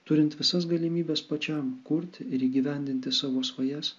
turint visas galimybes pačiam kurti ir įgyvendinti savo svajas